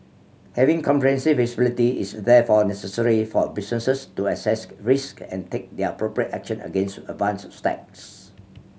having comprehensive visibility is therefore necessary for businesses to assess risk and take their appropriate action against advanced attacks